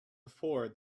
before